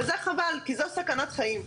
וזה חבל, כי זו סכנת חיים.